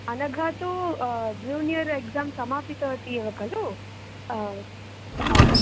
अनघा तु junior exam समापितवती एव खलु